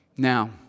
Now